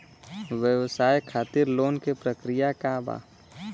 व्यवसाय खातीर लोन के प्रक्रिया का बा?